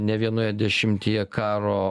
ne vienoje dešimtyje karo